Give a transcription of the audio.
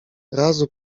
razu